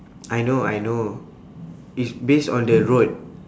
I know I know is base on the road